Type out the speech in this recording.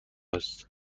است